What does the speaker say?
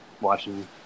Watching